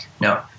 No